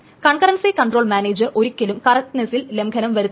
concurrency control manager ഒരിക്കലും കറക്ട്നസ്സിൽ ലംഘനം വരുത്തുകയില്ല